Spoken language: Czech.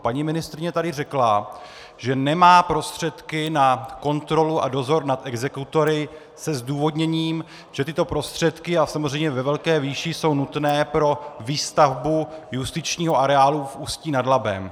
Paní ministryně tady řekla, že nemá prostředky na kontrolu a dozor nad exekutory se zdůvodněním, že tyto prostředky a samozřejmě ve velké výši jsou nutné pro výstavbu justičního areálu v Ústí nad Labem.